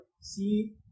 see